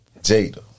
Jada